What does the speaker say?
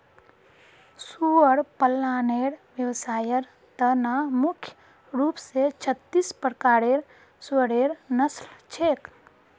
सुअर पालनेर व्यवसायर त न मुख्य रूप स छत्तीस प्रकारेर सुअरेर नस्ल छेक